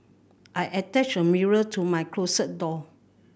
I attached a mirror to my closet door